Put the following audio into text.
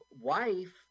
wife